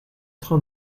train